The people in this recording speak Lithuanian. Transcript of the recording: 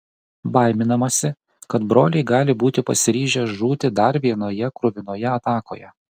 baiminamasi kad broliai gali būti pasiryžę žūti dar vienoje kruvinoje atakoje